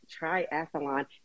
Triathlon